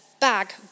bag